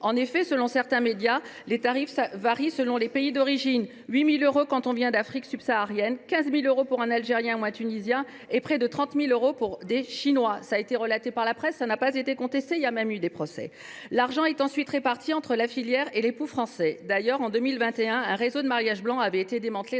En effet, selon certains médias, les tarifs varient selon le pays d’origine : 8 000 euros quand on vient d’Afrique subsaharienne, 15 000 euros pour un Algérien ou un Tunisien et près de 30 000 euros pour un Chinois. Cela a été relaté dans la presse sans être contesté, et il y a même eu des procès. L’argent est ensuite réparti entre la filière et l’époux français. D’ailleurs, en 2021, un réseau de mariages blancs avait été démantelé